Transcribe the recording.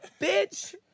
Bitch